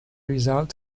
result